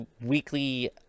weekly